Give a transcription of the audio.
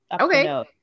okay